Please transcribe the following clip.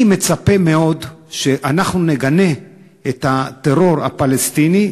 אני מצפה מאוד שאנחנו נגנה את הטרור הפלסטיני,